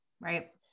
Right